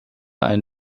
ein